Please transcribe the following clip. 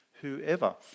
whoever